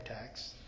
tax